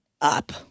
up